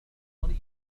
طريق